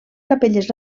capelles